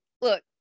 look